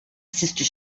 sister